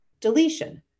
deletion